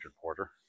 Porter